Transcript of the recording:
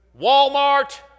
Walmart